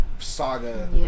Saga